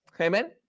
Amen